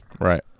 right